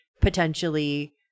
potentially